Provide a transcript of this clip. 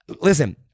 Listen